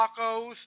tacos